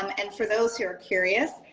um and for those who are curious,